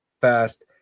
fast